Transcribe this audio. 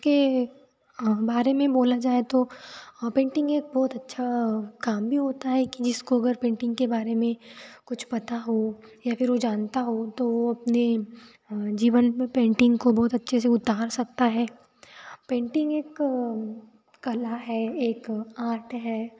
इसके बारे में बोला जाए ताे पेंटिंग एक बहुत अच्छा काम भी होता है कि जिसको अगर पेंटिंग के बारे में कुछ पता हो या फिर वो जानता हो तो वो अपने जीवन में पेंटिंग को बहुत अच्छे से उतार सकता है पेंटिंग एक कला है एक आर्ट है